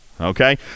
Okay